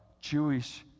Jewish